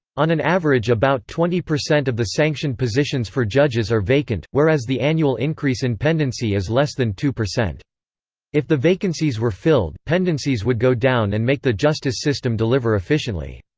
on an average about twenty percent of the sanctioned positions for judges are vacant, whereas the annual increase in pendency is less than two. if the vacancies were filled, pendencies would go down and make the justice system deliver efficiently.